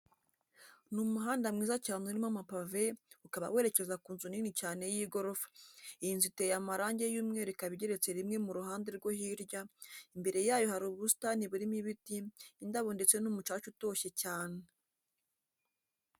Ni umuhanda mwiza cyane urimo amapave ukaba werekeza ku nzu nini cyane y'igorofa, iyi nzu iteye amarangi y'umweru ikaba igeretse rimwe mu ruhande rwo hirya, imbere yayo hari ubusitani burimo ibiti, indabo ndetse n'umucaca utoshye cyane.